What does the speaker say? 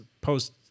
post